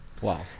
wow